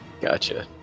Gotcha